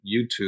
YouTube